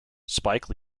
spike